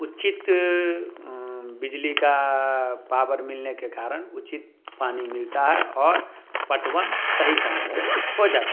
उचित बिजली का पावर मिलने के कारण उचित पानी मिलता है और पटवन सही समय पे हो जाता है